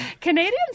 Canadians